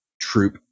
troop